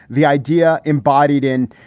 the idea embodied in,